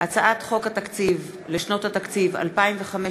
על שולחן הכנסת הצעת חוק התקציב לשנות התקציב 2015 ו-2016,